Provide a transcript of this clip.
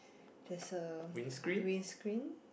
this a windscreen